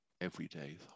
everyday